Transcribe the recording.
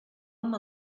amb